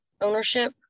ownership